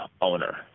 owner